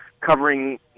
covering